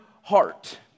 heart